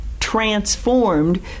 transformed